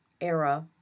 era